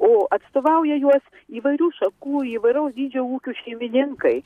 o atstovauja juos įvairių šakų įvairaus dydžio ūkių šeimininkai